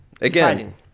Again